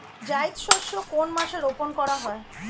জায়িদ শস্য কোন মাসে রোপণ করা হয়?